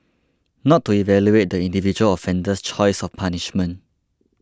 not to evaluate the individual offender's choice of punishment